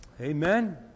Amen